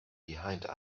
behind